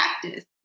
practice